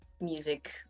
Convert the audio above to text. music